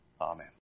Amen